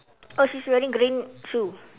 oh she's wearing green shoe